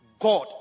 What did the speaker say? God